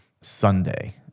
Sunday